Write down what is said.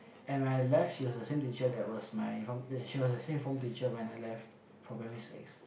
and when I left she was the same teacher that was my form she was the same form teacher when I left for primary six